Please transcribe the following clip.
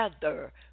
together